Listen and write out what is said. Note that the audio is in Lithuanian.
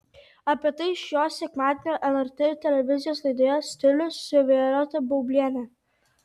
apie tai šio sekmadienio lrt televizijos laidoje stilius su violeta baubliene